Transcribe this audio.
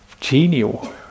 genial